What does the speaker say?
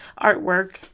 artwork